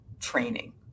training